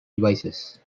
devices